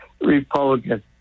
Republican